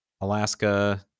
Alaska